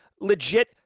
legit